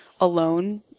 alone